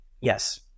Yes